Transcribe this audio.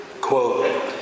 Quote